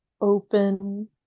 open